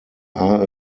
are